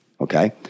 okay